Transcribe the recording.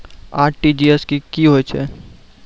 RTGS की होय छै?